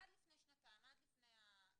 עד לפני שנתיים, עד לפני החוק,